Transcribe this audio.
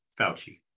Fauci